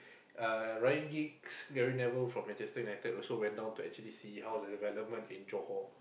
uh Ryan-Giggs Gary-Neville from Manchester United also went down to actually see how is it relevant in Johor